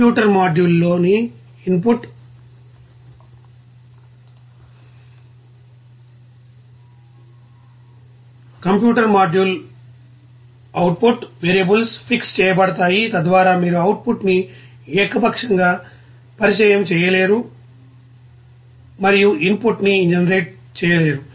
computer module లోని input మరియు output variables fix చేయబడతాయి తద్వారా మీరు అవుట్ పుట్ ని ఏకపక్షంగా పరిచయం చేయలేరు మరియు ఇన్ పుట్ ని జనరేట్ చేయలేరు